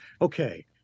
Okay